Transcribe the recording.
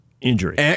injury